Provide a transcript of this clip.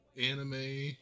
anime